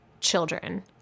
children